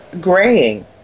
graying